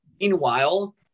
Meanwhile